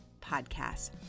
podcast